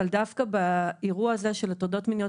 אבל דווקא באירוע הזה של הטרדות מיניות